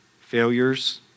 failures